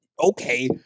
okay